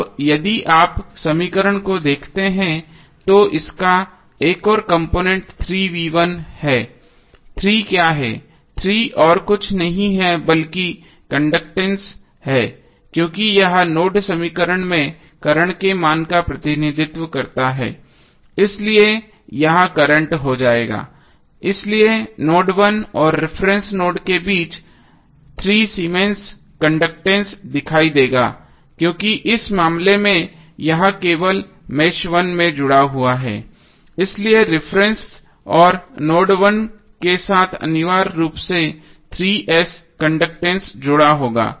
अब यदि आप समीकरण को देखते हैं तो इसका एक और कॉम्पोनेन्ट है 3 क्या है ३ और कुछ नहीं है बल्कि कंडक्टैंस है क्योंकि यह नोड समीकरण में करंट के मान का प्रतिनिधित्व करता है इसलिए यह करंट हो जाएगा इसलिए नोड 1 और रिफरेन्स नोड के बीच 3 सीमेंस कंडक्टैंस दिखाई देगा क्योंकि इस मामले में यह केवल मेष 1 में जुड़ा हुआ है इसलिए रिफरेन्स और नोड 1 के साथ अनिवार्य रूप से 3 S कंडक्टैंस जुड़ा होगा